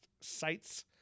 sites